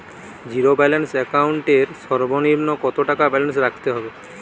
Zero balance account এর সর্বনিম্ন কত টাকা ব্যালেন্স রাখতে হবে?